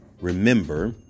Remember